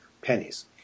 pennies